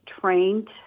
trained